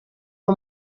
uwo